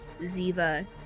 Ziva